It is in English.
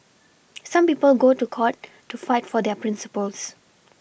some people go to court to fight for their Principles